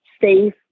safe